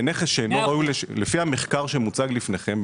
לפי המחקר שמוצג לפניכם,